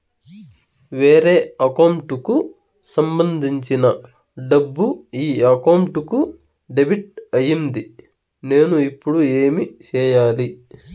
వేరే అకౌంట్ కు సంబంధించిన డబ్బు ఈ అకౌంట్ కు డెబిట్ అయింది నేను ఇప్పుడు ఏమి సేయాలి